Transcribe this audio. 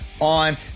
on